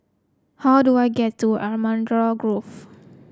how I do I get to Allamanda Grove